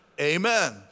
Amen